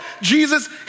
Jesus